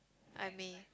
I may